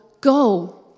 go